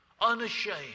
Unashamed